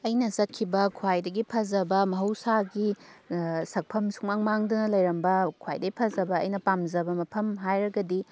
ꯑꯩꯅ ꯆꯠꯈꯤꯕ ꯈ꯭ꯋꯥꯏꯗꯒꯤ ꯐꯖꯕ ꯃꯍꯧꯁꯒꯤ ꯁꯛꯐꯝ ꯁꯨꯛꯃꯥꯡ ꯃꯥꯡꯗꯅ ꯂꯩꯔꯝꯕ ꯈ꯭ꯋꯥꯏꯗꯩ ꯐꯖꯕ ꯑꯩꯅ ꯄꯥꯝꯖꯕ ꯃꯐꯝ ꯍꯥꯏꯔꯒꯗꯤ